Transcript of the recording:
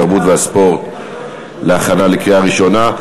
התרבות והספורט להכנה לקריאה ראשונה.